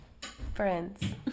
friends